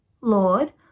Lord